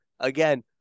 again